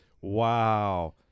Wow